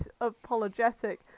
apologetic